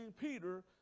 Peter